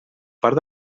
part